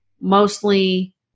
mostly